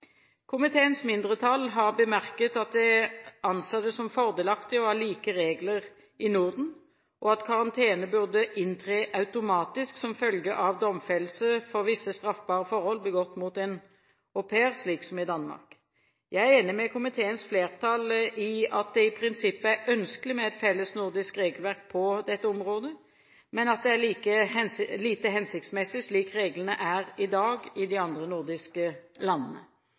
Komiteens mindretall har bemerket at det anser det som fordelaktig å ha like regler i Norden, og at karantene burde inntre automatisk som følge av domfellelse for visse straffbare forhold begått mot au pairen, slik som i Danmark. Jeg er enig med komiteens flertall i at det i prinsippet er ønskelig med et felles nordisk regelverk på dette området, men at det er lite hensiktsmessig slik reglene er i dag i de andre nordiske landene.